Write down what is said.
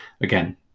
Again